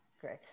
Great